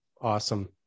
awesome